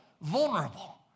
vulnerable